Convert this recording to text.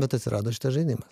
bet atsirado šitas žaidimas